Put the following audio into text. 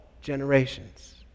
generations